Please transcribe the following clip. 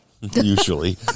Usually